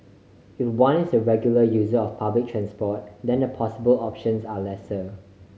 if one is a regular user of public transport then the possible options are lesser